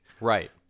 Right